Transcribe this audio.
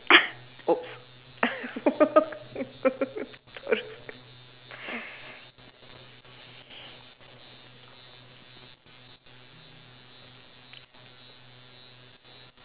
!oops!